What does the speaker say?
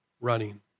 running